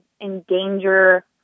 endanger